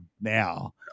now